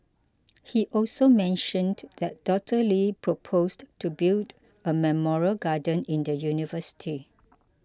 he also mentioned that Doctor Lee proposed to build a memorial garden in the university